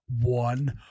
one